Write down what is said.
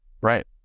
Right